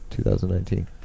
2019